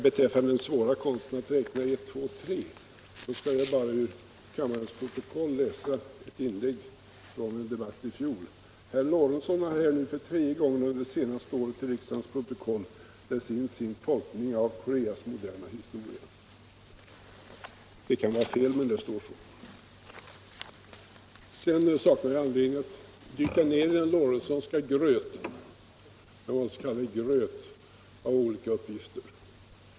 Beträffande den svåra konsten att räkna ett, två, tre skall jag be att få läsa ett par rader ur ett inlägg iI en debatt i fjol: ”Herr Lorentzon har här nu för tredje gången under det senaste året ull riksdagens protokotl läst in sin tolkning av Koreas moderna historia”. Det kan vara fel, men det står så. Jag saknar anledning att dyka ner i den Lorentzonska gröten, eller vad jag skall kalla det, av olika uppgifter.